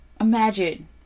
Imagine